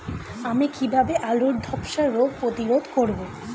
আমি কিভাবে আলুর ধ্বসা রোগ প্রতিরোধ করব?